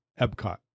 Epcot